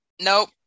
Nope